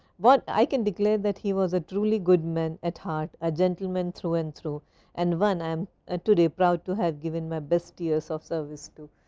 but i can declare that he was a truly good man at heart, a gentleman through and through and one i am ah today proud to have given my best years of service to.